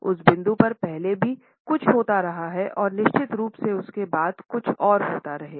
उस बिंदु पर पहले भी कुछ होता रहा है और निश्चित रूप से उसके बाद कुछ और होगा